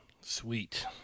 sweet